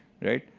right?